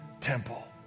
temple